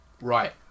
right